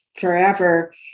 forever